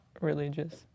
religious